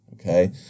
okay